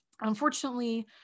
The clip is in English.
unfortunately